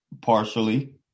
partially